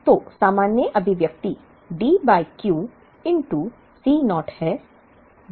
तो सामान्य अभिव्यक्ति D by Q C naught है